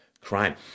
crime